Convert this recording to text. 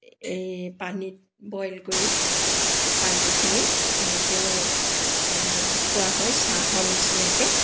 এই পানীত বইল কৰি পানীখিনি এনেকৈও খোৱা হয় চাহৰ নিচিনাকৈ